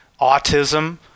autism